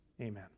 Amen